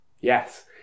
Yes